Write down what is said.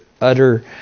utter